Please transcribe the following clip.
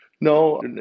No